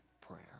prayer